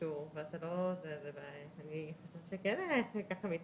הפרשנים באולפנים שכחו שיום לפני כן הם התלוננו,